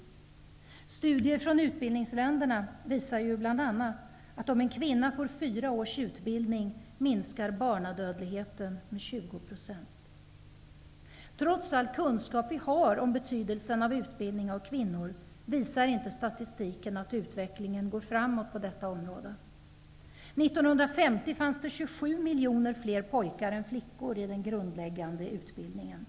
Studier från utvecklingsländerna visar bl.a. att om en kvinna får fyra års utbildning minskar barnadödligheten med 20 %. Trots all kunskap som vi har om betydelsen av utbildning av kvinnor, visar inte statistiken att utvecklingen på detta område går framåt. År 1950 fanns det 27 miljoner fler pojkar än flickor i den grundläggande utbildningen.